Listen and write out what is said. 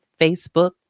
Facebook